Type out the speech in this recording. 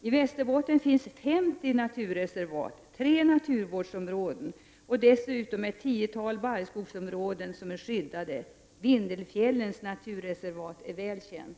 I Västerbotten finns 50 naturreservat, tre naturvårdsområden och dessutom ett tiotal barrskogsområden som är skyddade. Vindelfjällens naturreservat är väl känt.